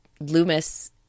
Loomis